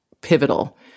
pivotal